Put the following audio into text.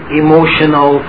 emotional